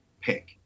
pick